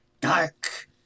dark